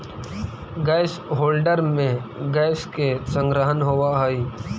gas holder में gas के संग्रहण होवऽ हई